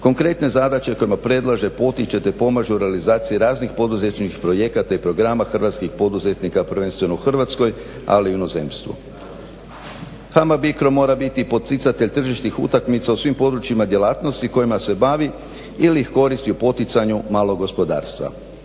konkretne zadaće kojima predlaže potiče, pomažu realizaciji raznih poduzetnih projekata i programa hrvatskih poduzetnika prvenstveno u Hrvatskoj ali i u inozemstvu. HAMAG BICRO mora biti poticatelj tržišnih utakmica u svim područjima djelatnosti kojima se bavi ili ih koristi u poticanju malog gospodarstva